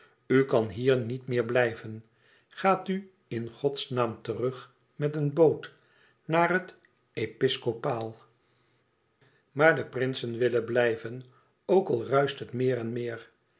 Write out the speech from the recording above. kan hier niet meer blijven gaat u in godsnaam terug met een boot naar het piscopaal e ids aargang aar de prinsen willen blijven ook al ruischt het meer en meer